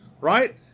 right